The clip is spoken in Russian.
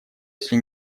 если